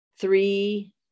three